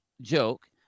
joke